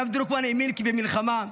הרב דרוקמן האמין כי במלחמה,